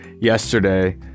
yesterday